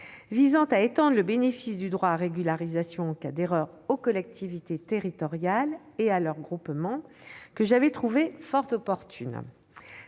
visant à étendre le bénéfice du droit à régularisation en cas d'erreur aux collectivités territoriales et à leurs groupements, que je considérais comme fort opportune.